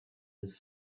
his